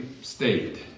state